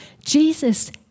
Jesus